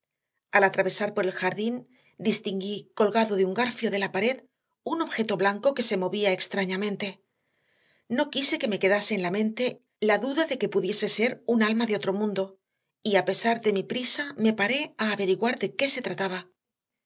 al atravesar por el jardín distinguí colgado de un garfio de la pared un objeto blanco que se movía extrañamente no quise que me quedase en la mente la duda de que pudiese ser un alma del otro mundo y a pesar de mi prisa me paré a averiguar de qué se trataba